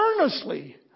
earnestly